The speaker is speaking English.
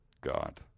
God